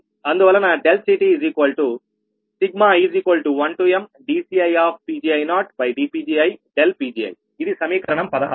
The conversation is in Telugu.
అందువలన CTi1mdCiPgi0dPgiPgiఇది సమీకరణం 16